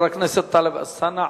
חבר הכנסת טלב אלסאנע.